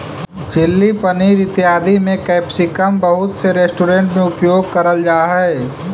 chilli paneer इत्यादि में capsicum बहुत से रेस्टोरेंट में उपयोग करल जा हई